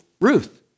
Ruth